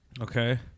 okay